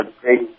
great